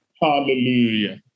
Hallelujah